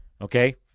Okay